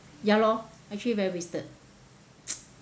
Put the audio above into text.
ya lor actually very wasted